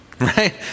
Right